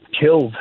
killed